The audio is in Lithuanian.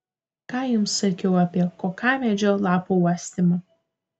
ką jums sakiau apie kokamedžio lapų uostymą